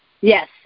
Yes